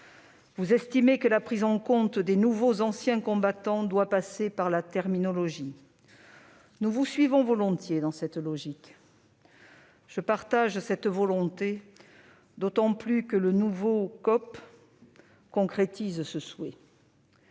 Vous estimez que la prise en compte des « nouveaux » anciens combattants doit passer par la terminologie. Nous vous suivons volontiers dans cette logique. Je partage votre volonté, d'autant que le nouveau COP concrétise ce souhait.